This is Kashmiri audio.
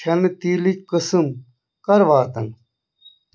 کھٮ۪نہٕ تیٖلٕکۍ قٕسٕم کَر واتَن